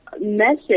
message